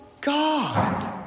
God